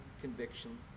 conviction